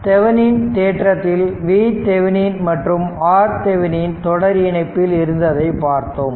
Thevenin தேற்றத்தில் V Thevenin மற்றும் RThevenin தொடர் இணைப்பில் இருந்ததை பார்த்தோம்